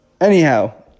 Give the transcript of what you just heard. anyhow